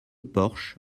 porche